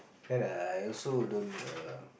ya lah I also don't err